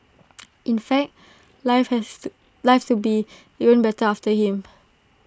in fact life has to life to be even better after him